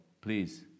please